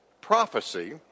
prophecy